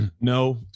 no